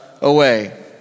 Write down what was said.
away